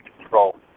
Control